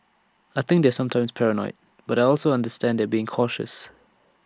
I think they're sometimes paranoid but I also understand they're being cautious